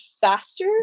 faster